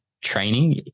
training